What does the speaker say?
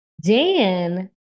Dan